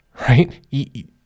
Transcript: right